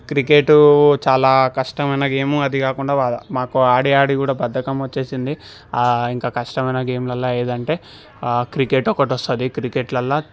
cricket చాలా కష్టమైన game అది కాకుండా బాగా మాకు ఆడి ఆడి కూడా బద్దకం వచ్చేసింది ఇంక కష్టమైన గేమ్లల్లా ఏదంటే క్రికెట్ ఒకటి వస్తుంది క్రికెట్లల్లా